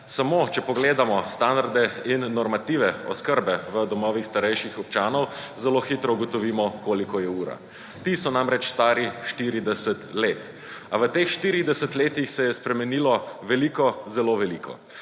Samo, če pogledamo standarde in normative oskrbe v domovih starejših občanov, zelo hitro ugotovimo, koliko je ura. Ti so namreč stari 40 let. A ve teh štiridesetih letih se je spremenilo veliko, zelo veliko.